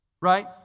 right